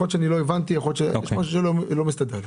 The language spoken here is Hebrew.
יכול להיות שלא הבנתי אבל זה לא מסתדר לי.